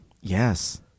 Yes